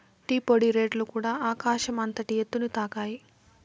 tea పొడి రేట్లుకూడ ఆకాశం అంతటి ఎత్తుని తాకాయి